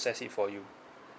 process it for you